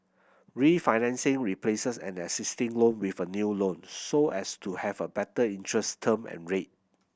refinancing replaces an existing loan with a new loan so as to have a better interest term and rate